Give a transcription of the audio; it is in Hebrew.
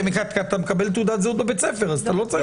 כי אתה מקבל תעודת זהות בבית-ספר, אז אתה לא צריך.